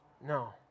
No